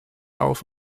auf